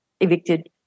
evicted